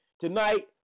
Tonight